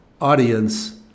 audience